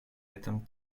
этом